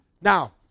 Now